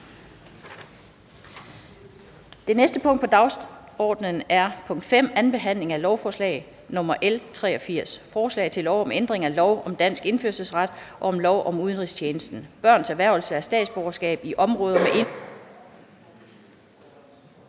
Det næste punkt på dagsordenen er: 5) 2. behandling af lovforslag nr. L 83: Forslag til lov om ændring af lov om dansk indfødsret og lov om udenrigstjenesten. (Børns erhvervelse af statsborgerskab i områder med indrejse-